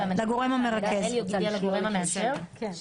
--- אנחנו